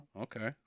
Okay